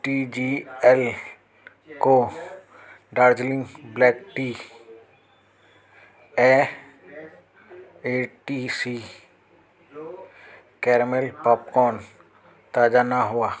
T G L को Darjeeling black tea ऐं A T C caramel popcorn ताज़ा न हुआ